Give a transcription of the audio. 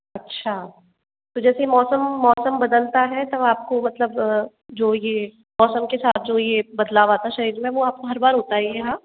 अच्छा तो जैसे मौसम मौसम बदलता है तब आप को मतलब जो ये मौसम के साथ जो ये बदलाव आता है शरीर में वो आप को हर बार होता है ये हाँ